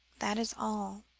that is all.